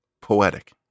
Poetic